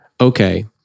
okay